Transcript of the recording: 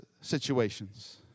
situations